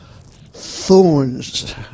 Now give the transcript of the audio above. thorns